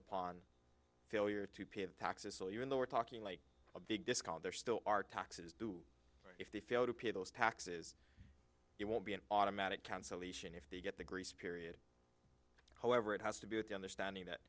upon failure to pay the taxes so even though we're talking like a big discount there still are taxes due if they fail to pay those taxes it won't be an automatic cancellation if they get the grace period however it has to be with the understanding that